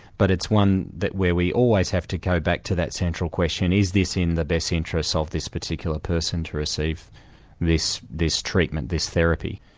but it's one where we always have to go back to that central question is this in the best interests of this particular person to receive this this treatment, this therapy?